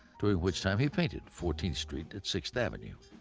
during which time he painted fourteenth street at sixth avenue.